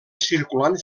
circulant